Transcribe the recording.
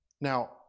Now